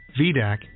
VDAC